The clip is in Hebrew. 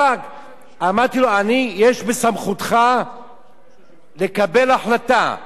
יש בסמכותך לקבל החלטה להעביר לי את התינוק,